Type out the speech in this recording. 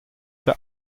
der